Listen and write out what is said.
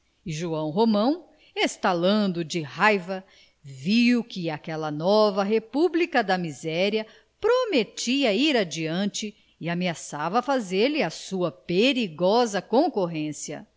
joão romão estalando de raiva viu que aquela nova república da miséria prometia ir adiante e ameaçava fazer-lhe à sua perigosa concorrência